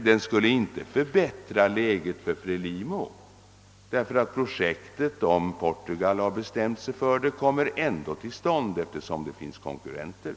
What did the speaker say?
Den skulle inte förbättra läget för Fre limo, eftersom Cabora Bassa-projektet — om Portugal har bestämt sig för det — ändå kommer till stånd; det finns ju konkurrenter.